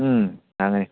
ꯎꯝ ꯍꯥꯡꯉꯦ